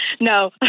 No